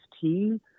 team